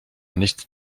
nicht